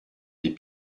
des